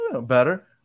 better